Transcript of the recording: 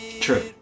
True